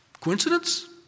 coincidence